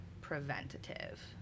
preventative